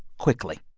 quickly.